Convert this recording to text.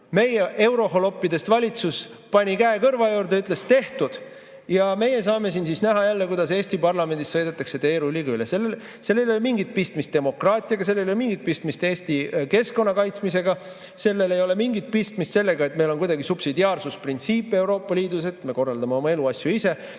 meie euroholoppidest valitsus pani käe kõrva juurde ja ütles: "Tehtud!" Ja meie saame siin jälle näha, kuidas Eesti parlamendist sõidetakse teerulliga üle. Sellel ei ole mingit pistmist demokraatiaga, sellel ei ole mingit pistmist Eesti keskkonna kaitsmisega, sellel ei ole mingit pistmist sellega, et meil on kuidagi subsidiaarsusprintsiip Euroopa Liidus, et me korraldame oma elu asju ise.